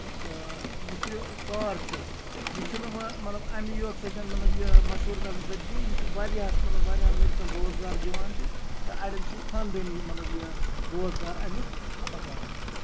تہٕ یُس یہِ کار چھُ یہِ چھُنہٕ اَمہِ یوت سۭتۍ یہِ مَشہوٗر گژھنہٕ سۭتۍ کیٚنہہ یہِ چھُ واریاہَس مطلب واریاہن لٔڑکن روزگار دِوان تہِ تہٕ اَڈین چھُ یہِ خاندٲنی مطلب یہِ روزگار اَمیُک پَکان